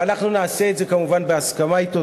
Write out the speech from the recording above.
ואנחנו נעשה את זה כמובן בהסכמה אתו.